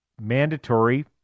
mandatory